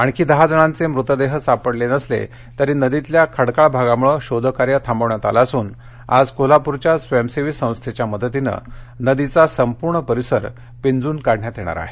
आणखी दहा जणांचे मृतदेह सापडले नसले तरी नदीतल्या खडकाळ भागामुळे शोधकार्य थांबविण्यात आलं असून आज कोल्हापूरच्या स्वयंसेवी संस्थेच्या मदतीनं नदीचा सारा परिसर पिंजून काढण्यात येणार आहे